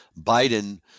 Biden